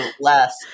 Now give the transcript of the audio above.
less